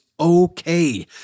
okay